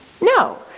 No